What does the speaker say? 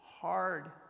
hard